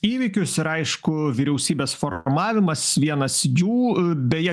įvykius ir aišku vyriausybės formavimas vienas jų beje